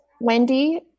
Wendy